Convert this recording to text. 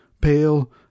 pale